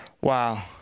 Wow